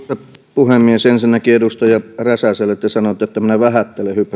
puhemies ensinnäkin edustaja räsäselle te sanoitte että minä vähättelen